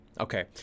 Okay